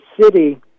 city